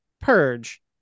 Purge